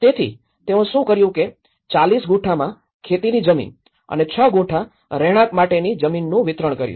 તેથી તેઓએ શું કર્યું કે ૪૦ ગુંઠામાં ખેતીની જમીન અને ૬ ગુંઠા રહેણાંક માટેની જમીનનું વિતરણ કર્યું